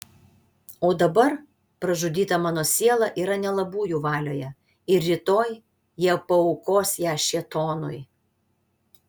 o dabar pražudyta mano siela yra nelabųjų valioje ir rytoj jie paaukos ją šėtonui